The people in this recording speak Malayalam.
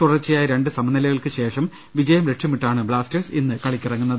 തുടർച്ചയായ രണ്ട് സമനിലകൾക്കുശേഷം വിജയം ലക്ഷ്യമി ട്ടാണ് ബ്ലാസ്റ്റേഴ്സ് ഇന്ന് കളിക്കിറങ്ങുന്നത്